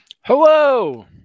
Hello